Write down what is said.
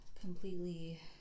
completely